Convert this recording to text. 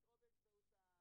נציג אגף התקציבים,